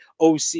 OC